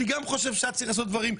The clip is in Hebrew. גם אני חושב שהיה צריך לעשות דברים,